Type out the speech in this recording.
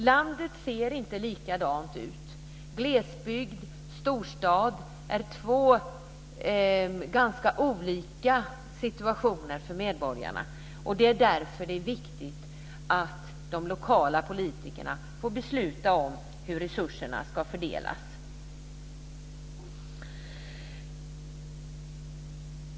Landet ser inte likadant ut överallt. I glesbygd och i storstad är situationen helt olika för medborgarna. Det är därför det är viktigt att de lokala politikerna får besluta om hur resurserna ska fördelas.